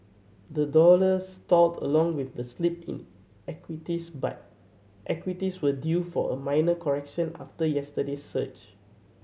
the dollar stalled along with the slip in equities but equities were due for a minor correction after yesterday's surge